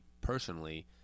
personally